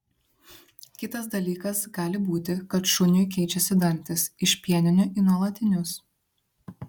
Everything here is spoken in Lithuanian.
kitas dalykas gali būti kad šuniui keičiasi dantys iš pieninių į nuolatinius